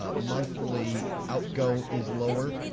ah monthly outgo is lower.